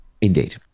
Indeed